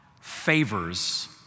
favors